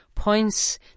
points